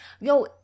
yo